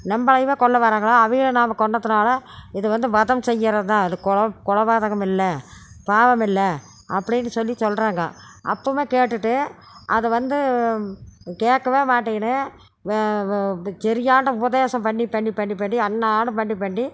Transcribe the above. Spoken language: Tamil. நம்மளைவே கொல்ல வராங்களா அவிங்கள நம்ம கொன்னதினால இது வந்து வதம் செய்கிறது தான் இது கொலை பாதகம் இல்லலை பாவம் இல்லை அப்படின்னு சொல்லி சொல்கிறாங்க அப்பவே கேட்டுகிட்டு அதை வந்து கேக்க மாட்டேன்னு சரியான உபதேசம் பண்ணி பண்ணி பண்ணி அன்னாடம் பண்ணி பண்ணி